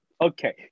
okay